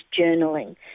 journaling